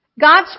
God's